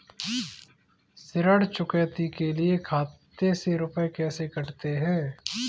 ऋण चुकौती के लिए खाते से रुपये कैसे कटते हैं?